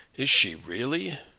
is she really?